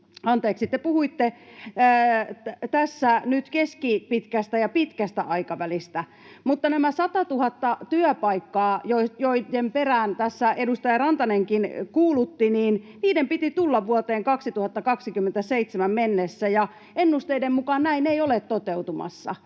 tässä nyt keskipitkästä ja pitkästä aikavälistä. Mutta näiden 100 000 työpaikan, joiden perään tässä edustaja Rantanenkin kuulutti, piti tulla vuoteen 2027 mennessä, ja ennusteiden mukaan näin ei ole toteutumassa.